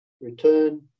return